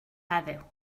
heddiw